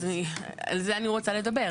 אז על זה אני רוצה לדבר.